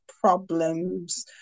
problems